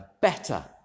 better